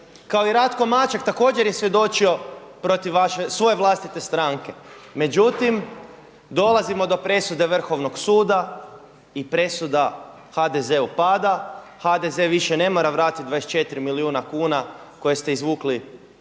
Kao i Ratko Maček također je svjedočio protiv svoje vlastite stranke. Međutim, dolazimo do presude Vrhovnog suda i presuda HDZ-u pada, HDZ više ne mora vratiti 24 milijuna kuna koje ste izvukli